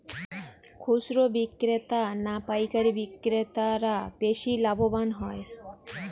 খুচরো বিক্রেতা না পাইকারী বিক্রেতারা বেশি লাভবান হয়?